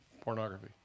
Pornography